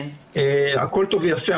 הכול טוב ויפה,